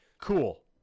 Cool